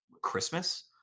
Christmas